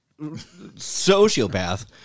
sociopath